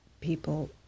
people